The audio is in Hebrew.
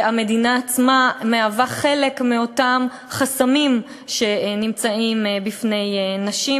והמדינה עצמה מהווה חלק מאותם חסמים שעומדים בפני נשים